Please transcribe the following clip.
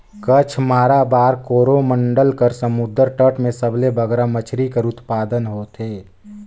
कच्छ, माराबार, कोरोमंडल कर समुंदर तट में सबले बगरा मछरी कर उत्पादन होथे